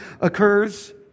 occurs